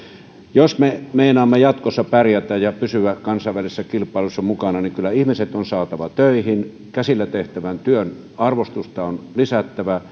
jos me meinaamme jatkossa pärjätä ja pysyä kansainvälisessä kilpailussa mukana niin kyllä ihmiset on saatava töihin käsillä tehtävän työn arvostusta on